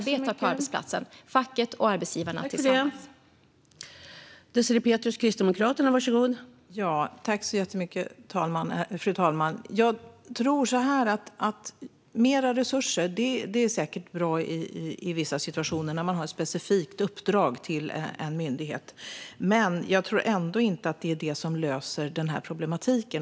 Fru talman! Mer resurser är säkert bra i vissa situationer, som när man har ett specifikt uppdrag till en myndighet. Men jag tror ändå inte att det löser denna problematik.